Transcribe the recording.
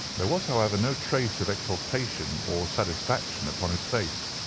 there was, however, no trace of exultation or satisfaction upon his face.